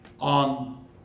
on